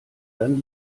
dann